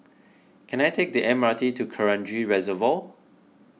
can I take the M R T to Kranji Reservoir